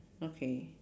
okay